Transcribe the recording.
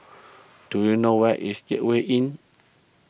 do you know where is Gateway Inn